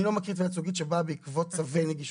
אני לא מכיר תביעה ייצוגית שבאה בעקבות צווי נגישות.